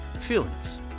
feelings